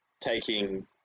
taking